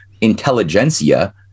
intelligentsia